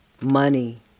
money